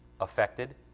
affected